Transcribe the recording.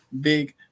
big